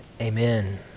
Amen